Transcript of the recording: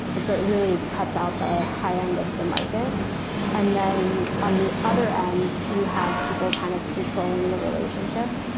and so it really cuts out the high-end of the market and then on the other end, you have people kind of controlling the relationship.